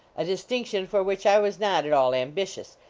a distinction for which i was not at all ambitious,